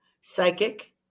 psychic